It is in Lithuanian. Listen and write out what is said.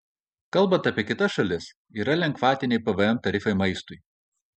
kalbant apie kitas šalis yra lengvatiniai pvm tarifai maistui